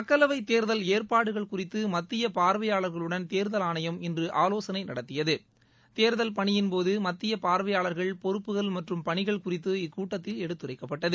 மக்களவை தேர்தல் ஏற்பாடுகள் குறித்து மத்திய பார்வையாளர்களுடன் தேர்தல் ஆணையம் இன்று ஆலோசனை நடத்தியது தேர்தல் பணியின் போது மத்திய பார்வையாளர்கள் பொறுப்புகள் மற்றும் பணிகள் குறித்து இக்கூட்டத்தில் எடுத்துரைக்கப்பட்டது